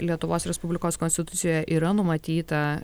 lietuvos respublikos konstitucijoje yra numatyta